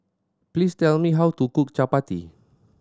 please tell me how to cook Chapati